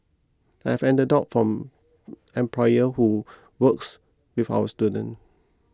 I have anecdotes from employer who works with our students